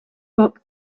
book